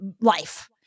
life